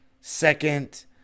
second